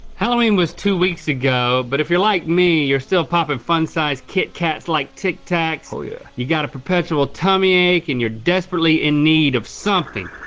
halloween was two weeks ago, but if you're like me, you're still popping fun-sized kit kat's like tic tacs. oh yeah. you got a perpetual tummy ache and you're desperately in need of something,